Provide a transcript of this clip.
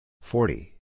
Forty